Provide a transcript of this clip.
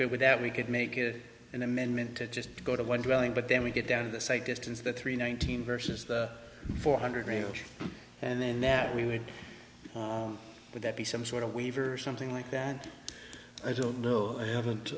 good with that we could make it an amendment to just go to one drilling but then we get down to the say distance the three nineteen vs the four hundred range and then that we would with that be some sort of weaver or something like that and i don't know i haven't